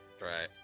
Right